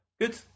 good